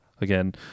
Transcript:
again